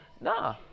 nah